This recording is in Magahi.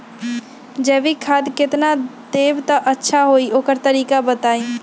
जैविक खाद केतना देब त अच्छा होइ ओकर तरीका बताई?